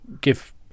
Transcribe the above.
give